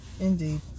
Indeed